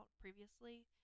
previously